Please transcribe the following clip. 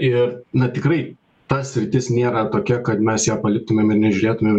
ir na tikrai ta sritis nėra tokia kad mes ją paliktumėm ir nežiūrėtumėm